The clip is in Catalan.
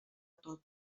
tot